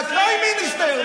וה-crime minister,